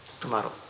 tomorrow